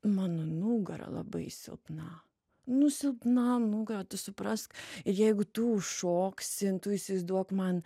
mano nugara labai silpna nu silpna nugara tu suprask ir jeigu tu užšoksi tu įsivaizduok man